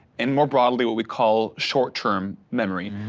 and more broadly, what we call short term memory.